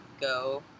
go